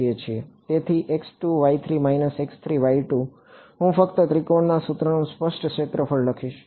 તેથી હું ફક્ત ત્રિકોણ સૂત્રનું સ્પષ્ટ ક્ષેત્રફળ લખીશ